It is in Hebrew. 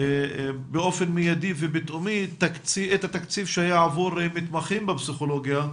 באופן מיידי ופתאומי את התקציב שהיה עבור מתמחים בפסיכולוגיה,